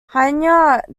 hainaut